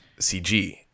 CG